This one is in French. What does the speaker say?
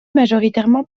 majoritairement